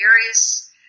various